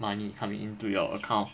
money coming into your account